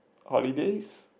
holidays